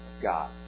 God